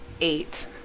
Eight